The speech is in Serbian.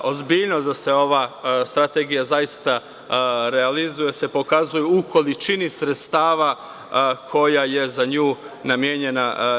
Ozbiljnost da se ova strategija zaista realizuje se pokazuje u količini sredstava koja je za nju namenjena.